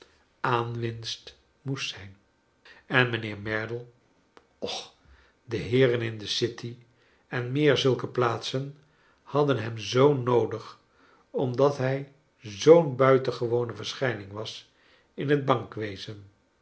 aanwinst moest zijn en mijnheer merdle och de heeren in de city en meer zulke plaatsen hadden hem zoo noodig omdat hij zoo'n buitengewone verschijning was in het bankwezen